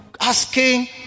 asking